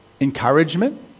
Encouragement